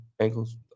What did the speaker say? ankles